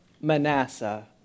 Manasseh